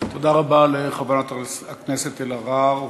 תודה רבה לחברת הכנסת אלהרר.